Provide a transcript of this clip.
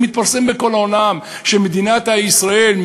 שמדינת ישראל,